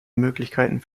möglichkeiten